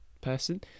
person